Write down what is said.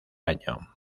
año